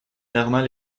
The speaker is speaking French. normal